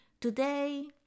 Today